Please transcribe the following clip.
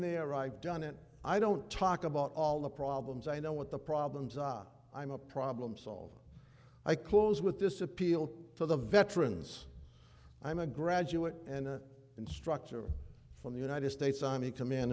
there i've done it i don't talk about all the problems i know what the problems are i'm a problem solver i close with this appeal for the veterans i'm a graduate and instructor from the united states army com